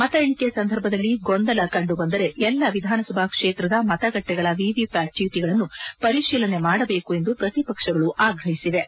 ಮತ ಎಣಿಕೆ ಸಂದರ್ಭದಲ್ಲಿ ಗೊಂದಲ ಕಂಡುಬಂದರೆ ಎಲ್ಲ ವಿಧಾನಸಭಾ ಕ್ಷೇತ್ರದದ ಮತಗಟ್ಟೆಗಳ ವಿವಿಪ್ಯಾಟ್ ಚೀಟಿಗಳನ್ನು ಪರಿಶೀಲನೆ ಮಾಡಬೇಕು ಎಂದು ಪ್ರತಿಪಕ್ಷಗಳು ಆಗ್ರಹಿಸಿವೆ